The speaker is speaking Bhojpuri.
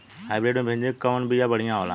हाइब्रिड मे भिंडी क कवन बिया बढ़ियां होला?